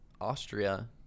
Austria